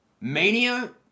Mania